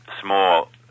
small